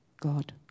God